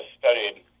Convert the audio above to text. studied